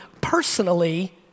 personally